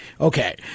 Okay